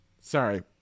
Sorry